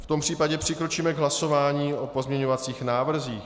V tom případě přikročíme k hlasování o pozměňovacích návrzích.